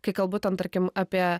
kai kalbu ten tarkim apie